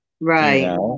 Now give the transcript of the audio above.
Right